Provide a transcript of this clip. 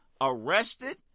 arrested